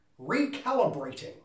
recalibrating